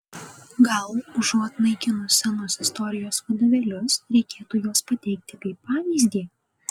gal užuot naikinus senus istorijos vadovėlius reikėtų juos pateikti kaip pavyzdį